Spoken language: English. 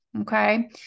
Okay